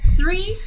three